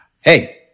Hey